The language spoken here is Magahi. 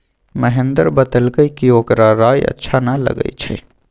महेंदर बतलकई कि ओकरा राइ अच्छा न लगई छई